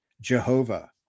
Jehovah